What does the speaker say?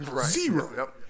Zero